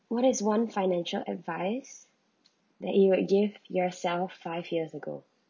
what is one financial advice that you would give yourself five years ago